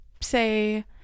say